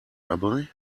dabei